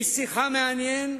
איש שיחה מעניין,